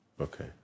Okay